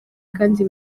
kandi